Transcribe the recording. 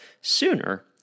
sooner